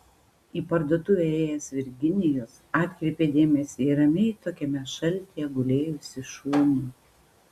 į parduotuvę ėjęs virginijus atkreipė dėmesį į ramiai tokiame šaltyje gulėjusį šunį